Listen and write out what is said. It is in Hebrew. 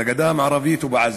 בגדה המערבית ובעזה.